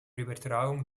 übertragung